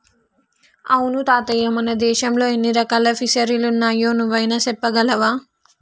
అవును తాతయ్య మన దేశంలో ఎన్ని రకాల ఫిసరీలున్నాయో నువ్వైనా సెప్పగలవా